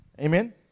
Amen